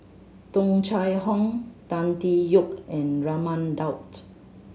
Tung Chye Hong Tan Tee Yoke and Raman Daud